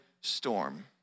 storm